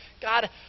God